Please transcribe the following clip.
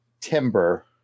timber